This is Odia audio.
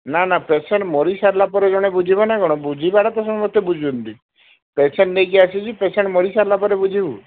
ନା ନା ପେସେଣ୍ଟ ମରି ସାରିଲା ପରେ ଜଣେ ବୁଝିବ ନା କ'ଣ ବୁଝିବାର ତ ମୋତେ ବୁଝୁନ୍ତି ପେସେଣ୍ଟ ନେଇକି ଆସୁଛି ପେସେଣ୍ଟ ମରି ସାରିଲା ପରେ ବୁଝିବୁ